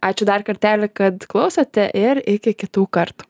ačiū dar kartelį kad klausote ir iki kitų kartų